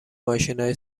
ماشینهای